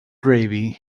gravy